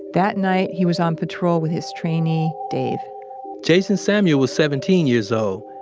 that night, he was on patrol with his trainee, dave jason samuel was seventeen years old.